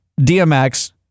DMX